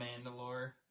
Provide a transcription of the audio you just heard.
Mandalore